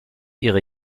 ihre